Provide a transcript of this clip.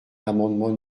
l’amendement